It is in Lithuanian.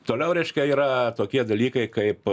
toliau reiškia yra tokie dalykai kaip